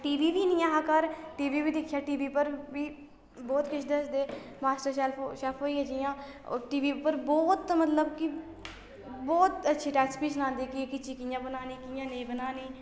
T V बी नी ऐ हा घर टी वी बी दिक्खेआ टी वी पर बी बौह्त किश दसदे मास्टर शेल्फ शैफ होई गेआ जियां ओह् टी वी पर बौह्त मतलब कि बौह्त अच्छी रैस्पी सनांदे कि एह्की चीज कि'यां बनानी कि'यां नेईं बनानी